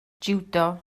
jiwdo